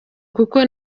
kuko